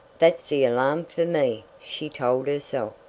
that's the alarm for me! she told herself,